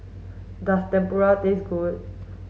does Tempura taste good